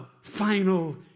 final